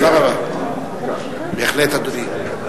בהחלט, אדוני.